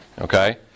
okay